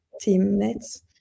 teammates